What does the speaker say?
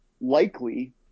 likely